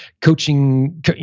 coaching